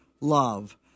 Love